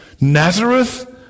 Nazareth